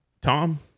Tom